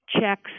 checks